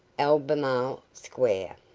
albemarle square.